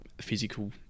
physical